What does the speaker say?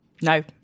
No